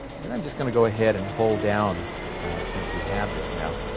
then i'm just going to go ahead and hold down since we have this now,